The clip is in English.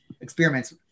experiments